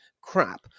crap